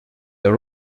are